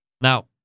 Now